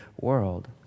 world